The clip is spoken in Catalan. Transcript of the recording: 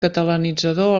catalanitzador